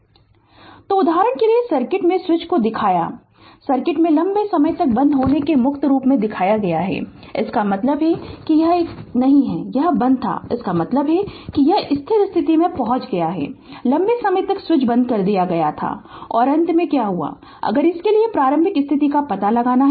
Refer Slide Time 0101 तो उदाहरण के लिए सर्किट में स्विच को दिखाया सर्किट में लंबे समय तक बंद होने के मुक्त रूप में दिखाया गया है इसका मतलब है कि यह एक नहीं था यह बंद था और इसका मतलब है कि यह स्थिर स्थिति में पहुंच गया है लंबे समय तक स्विच बंद कर दिया गया था और अंत में क्या हुआ अगर इसके लिए प्रारंभिक स्थिति का पता लगाना है